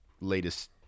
latest